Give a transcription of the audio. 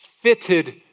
Fitted